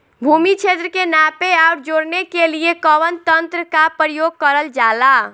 भूमि क्षेत्र के नापे आउर जोड़ने के लिए कवन तंत्र का प्रयोग करल जा ला?